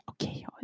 Okay